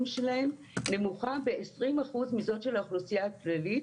שלהם נמוכה ב-20% מזו של האוכלוסייה הכללית,